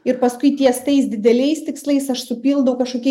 ir paskui ties tais dideliais tikslais aš supildau kažkokį